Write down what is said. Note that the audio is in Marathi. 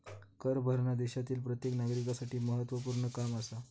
कर भरना देशातील प्रत्येक नागरिकांसाठी महत्वपूर्ण काम आसा